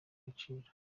agaciro